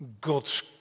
God's